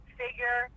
figure